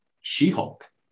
She-Hulk